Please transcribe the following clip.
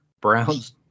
browns